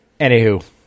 Anywho